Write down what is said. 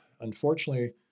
unfortunately